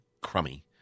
crummy